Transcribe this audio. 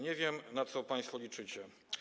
Nie wiem, na co państwo liczycie.